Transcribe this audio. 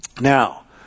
Now